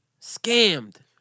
scammed